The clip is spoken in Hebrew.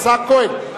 השר כהן,